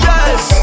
Yes